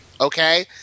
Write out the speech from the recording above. okay